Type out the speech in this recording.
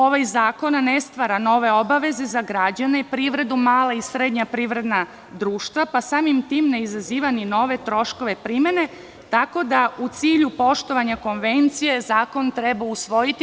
Ovaj zakon ne stvara nove obaveze za građane, privredu, mala i srednja privredna društva, pa samim tim ne izaziva ni nove troškove primene, tako da u cilju poštovanja Konvencije zakon treba usvojiti.